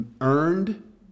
earned